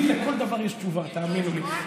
לי לכל דבר יש תשובה, תאמינו לי.